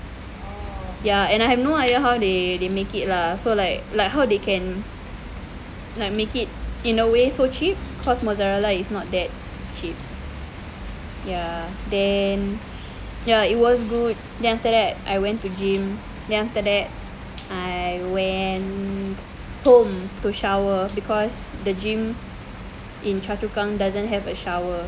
ya and I have no idea how they make it lah so like like how they can like make it in a way so cheap cause mozzarella is not that cheap ya then ya it was good then after that I went to gym then after that I went home to shower because the gym in choa chu kang doesn't have a shower